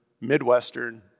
Midwestern